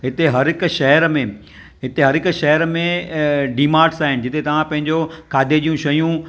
हिते हर हिकु शहर में हिते हर हिकु शहर में डी मार्ट्स आहिनि जिते तव्हां पंहिंजो खाधे जूं शयूं